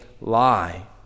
lie